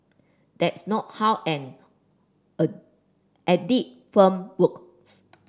that's not how an a audit firm works